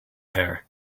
hair